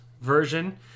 version